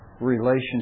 relationship